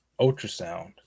ultrasound